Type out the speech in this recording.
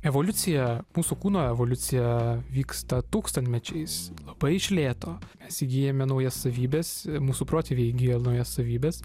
evoliucija mūsų kūno evoliucija vyksta tūkstantmečiais labai iš lėto mes įgyjame naujas savybes mūsų protėviai įgijo naujas savybes